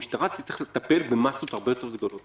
המשטרה תצטרך לטפל במסות הרבה יותר גדולות,